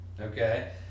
Okay